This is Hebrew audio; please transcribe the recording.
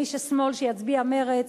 מי ששמאל שיצביע מרצ,